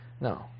No